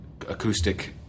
acoustic